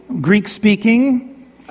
Greek-speaking